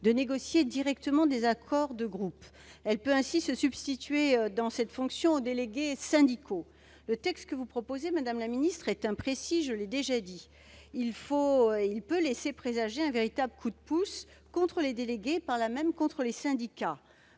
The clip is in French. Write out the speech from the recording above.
de négocier directement des accords de groupe et ainsi de se substituer, dans cette fonction, aux délégués syndicaux. Le texte que vous proposez, madame la ministre, est, je l'ai déjà dit, imprécis. Il peut laisser présager un véritable coup de pouce contre les délégués et, par là même, contre les syndicats.